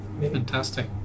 fantastic